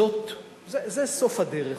זה סוף הדרך.